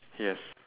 yes